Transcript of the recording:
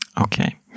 Okay